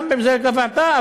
גם במסגרת הוועדה,